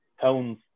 tones